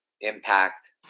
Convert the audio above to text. impact